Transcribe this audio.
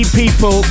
people